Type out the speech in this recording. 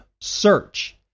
search